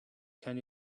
can